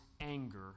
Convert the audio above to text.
anger